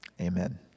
Amen